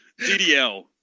DDL